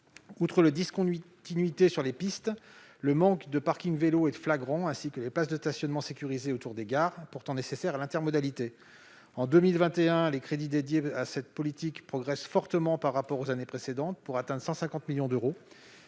Outre la discontinuité sur les pistes, le manque de parkings vélos est flagrant, ainsi que les places de stationnement sécurisées autour des gares, pourtant nécessaires à l'intermodalité. En 2021, les crédits dédiés à cette politique progressent fortement par rapport aux années précédentes pour atteindre 150 millions d'euros.